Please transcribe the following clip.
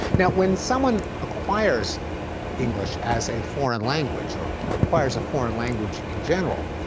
now, when someone acquires english as a foreign language or or acquires a foreign language in general,